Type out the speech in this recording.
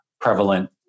prevalent